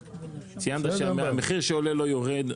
ראש, אתה ציינת שהמחיר שעולה לא יורד.